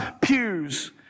pews